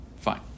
Fine